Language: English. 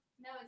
No